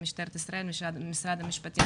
משטרת ישראל ומשרד המשפטים".